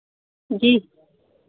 जी